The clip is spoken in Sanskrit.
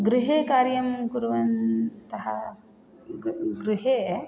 गृहे कार्यं कुर्वन्तः गृहे